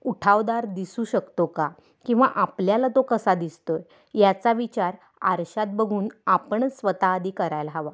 उठावदार दिसू शकतो का किंवा आपल्याला तो कसा दिसतो आहे याचा विचार आरशात बघून आपणच स्वतः आधी करायला हवा